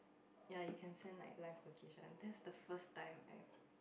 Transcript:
ya you can send like live location that's the first time I